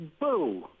boo